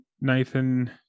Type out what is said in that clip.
Nathan